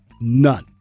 none